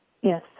Yes